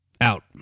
Out